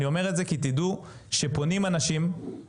אני אומר את זה כי תדעו שפונים אנשים ואומרים,